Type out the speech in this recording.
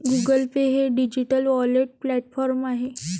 Google Pay हे digital wallet platform आहे